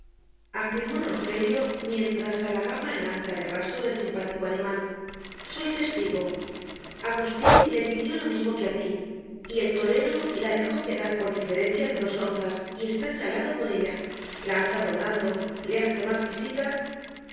mamá afirmó rogelio mientras halagaba el anca de raso del simpático animal soy testigo agustín le pidió lo mismo que á ti y el torero la dejó quedar por diferencia de dos onzas y está chalado por ella la anda rondando le hace más visitas